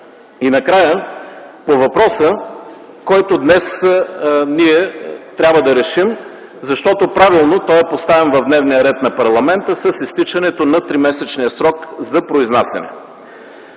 И накрая, по въпроса, който днес трябва да решим, защото той правилно е поставен в дневния ред на парламента с изтичането на тримесечния срок за произнасяне.